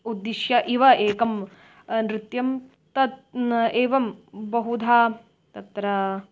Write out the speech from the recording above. उद्दिश्य इव एकं नृत्यं तत् एवं बहुधा तत्र